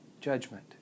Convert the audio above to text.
judgment